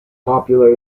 popular